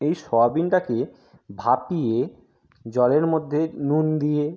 এই সোয়াবিনটাকে ভাপিয়ে জলের মধ্যে নুন দিয়ে